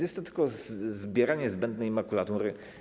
Jest to tylko zbieranie zbędnej makulatury.